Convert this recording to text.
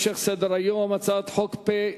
ידידי זאב בילסקי.